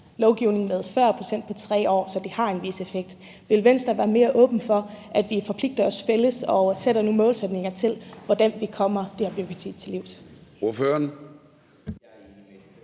lovgivning med 40 pct. på 3 år, så det har en vis effekt. Vil Venstre være mere åbne for, at vi forpligter os på det i fællesskab og sætter nogle målsætninger for, hvordan vi kommer det her bureaukrati til livs?